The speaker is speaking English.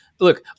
Look